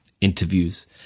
interviews